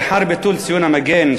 לאחר ביטול ציון המגן,